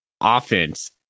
offense